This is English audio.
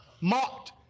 Mocked